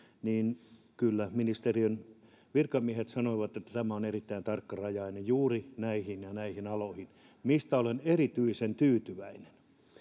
niin kyllä ministeriön virkamiehet sanoivat että tämä on erittäin tarkkarajainen juuri näihin ja näihin aloihin mistä olen erityisen tyytyväinen